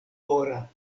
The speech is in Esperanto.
ora